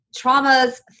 traumas